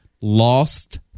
lost